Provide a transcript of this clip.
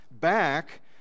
back